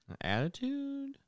attitude